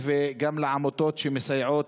באל-ח'ליל,